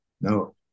No